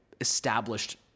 established